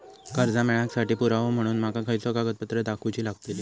कर्जा मेळाक साठी पुरावो म्हणून माका खयचो कागदपत्र दाखवुची लागतली?